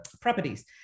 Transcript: properties